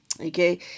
okay